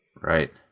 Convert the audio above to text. Right